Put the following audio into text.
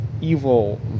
evil